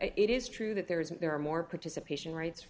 it is true that there isn't there are more participation r